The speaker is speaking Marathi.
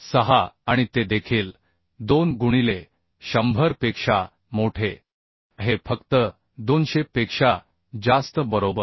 6 आणि ते देखील 2 गुणिले 100 पेक्षा मोठे आहे फक्त 200 पेक्षा जास्त बरोबर